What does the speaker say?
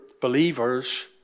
believers